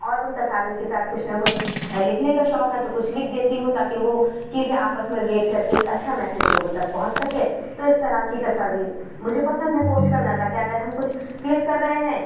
اور ان تصاویر کے ساتھ کچھ نہ کچھ لکھنے کا شوق ہے تو کچھ لکھ دیتی ہوں تاکہ وہ چیزیں آپس میں ریلیٹ کر کے ایک اچھا میسیج لوگوں تک پہنچ سکے تو اس طرح کی تصاویر مجھے پسند ہیں پوسٹ کرنا تاکہ اگر ہم کچھ کلک کر رہے ہیں